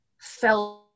felt